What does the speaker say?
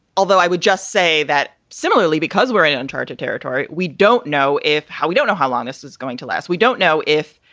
although i would just say that similarly, because we're in uncharted territory, we don't know if we don't know how long this is going to last. we don't know if.